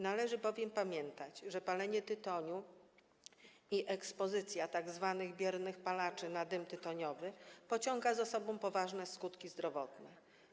Należy bowiem pamiętać, że palenie tytoniu i ekspozycja tzw. biernych palaczy na dym tytoniowy pociąga za sobą poważne skutki zdrowotne.